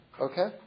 Okay